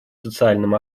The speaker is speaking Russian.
социальном